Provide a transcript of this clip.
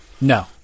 No